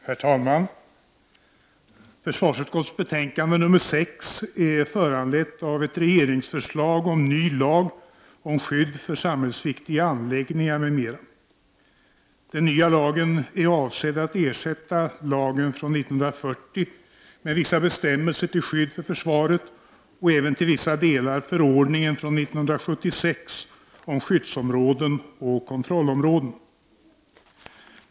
Herr talman! Försvarsutskottets betänkande nr 6 är föranlett av ett regeringsförslag om ny lag om skydd för samhällsviktiga anläggningar m.m. Den nya lagen är avsedd att ersätta lagen från 1940 med vissa bestämmelser till skydd för försvaret och även till vissa delar förordningen från 1976 om skyddsområden och kontrollområden.